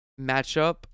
matchup